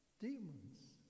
demons